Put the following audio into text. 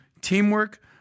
teamwork